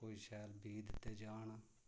कोई शैल बीऽ दित्ते जान